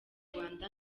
rwanda